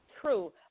true